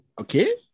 Okay